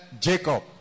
Jacob